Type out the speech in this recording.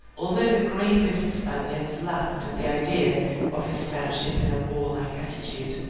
although the gravest spaniards laughed at the idea of his sowship in a warlike attitude,